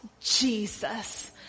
Jesus